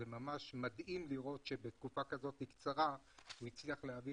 מדהים לראות שבתקופה כזאת קצרה הוא הצליח להעביר